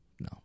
no